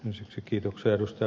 ensiksi kiitoksia ed